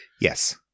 Yes